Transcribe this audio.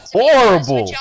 horrible